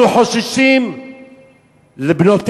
אנחנו חוששים לבנותינו.